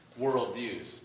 worldviews